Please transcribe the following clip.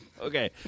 Okay